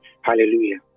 Hallelujah